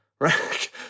right